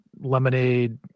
lemonade